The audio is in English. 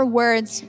words